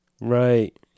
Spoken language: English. right